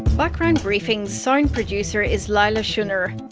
background briefing's sound producer is leila shunnar.